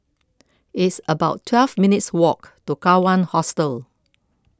it's about twelve minutes' walk to Kawan Hostel